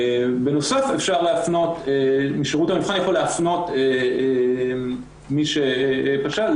בנוסף שירות המבחן יכול להפנות מי שפשע,